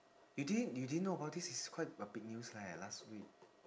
you didn't you didn't know about this is quite a big news leh last week